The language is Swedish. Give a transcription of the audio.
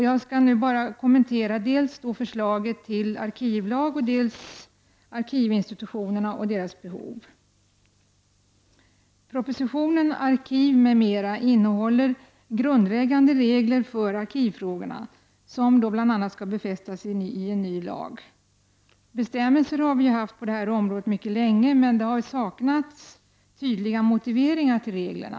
Jag skall nu bara kommentera dels förslaget till arkivlag, dels arkivinstitutionerna och deras behov. Propositionen Arkiv m.m. innehåller grundläggande regler för arkivfrågorna, som bl.a. skall befästas i en ny lag. Bestämmelser på det här området har vi haft mycket länge, men det har saknats tydliga motiveringar till reg lerna.